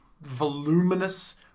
voluminous